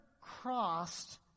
crossed